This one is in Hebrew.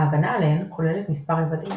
ההגנה עליהן כוללת מספר רבדים,